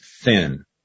thin